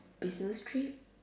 business trip